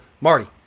Marty